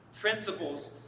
Principles